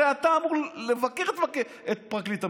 הרי אתה אמור לבקר את פרקליט המדינה.